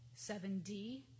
7D